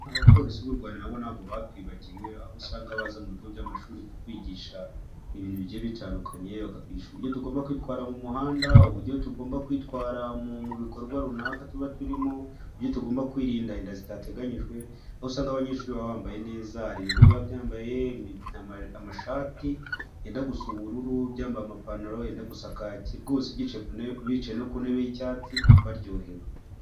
Abapolisi b'u Rwanda na bo ntabwo batwibagiwe aho usanga baza mu bigo by'amashuri kutwigisha ibintu bigiye bitandukanye bakatwigisha uburyo tugomba kwitwara mu muhanda, uburyo tugomba kwitwara mu bikorwa runaka tuba turimo, uburyo tugomba kwirinda inda zitateganyijwe, aho usanga abanyeshuri baba bambaye neza, hari ibigo biba byambaye amashati yenda gusa ubururu, byambaye amapantaro yenda gusa, rwose bicaye no ku ntebe y'icyatsi baryohewe.